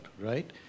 right